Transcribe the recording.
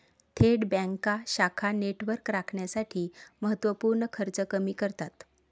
थेट बँका शाखा नेटवर्क राखण्यासाठी महत्त्व पूर्ण खर्च कमी करतात